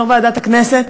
יו"ר ועדת הכנסת,